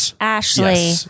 Ashley